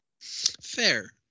Fair